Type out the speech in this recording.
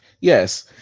Yes